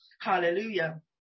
hallelujah